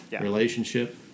relationship